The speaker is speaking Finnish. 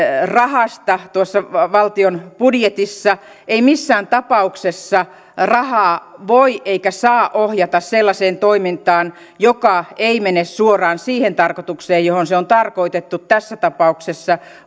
rahasta valtion budjetissa ei missään tapauksessa rahaa voi eikä saa ohjata sellaiseen toimintaan joka ei mene suoraan siihen tarkoitukseen johon se on tarkoitettu tässä tapauksessa